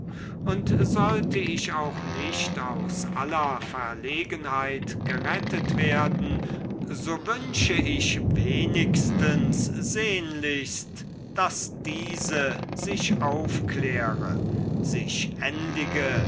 und sollte ich auch nicht aus aller verlegenheit gerettet werden so wünsche ich wenigstens sehnlichst daß diese sich aufkläre sich endige